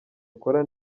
akora